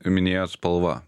ir minėjot spalva